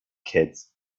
kids